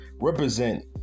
represent